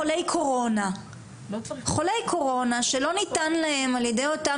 חולי קורונה שלא ניתן להם על ידי אותן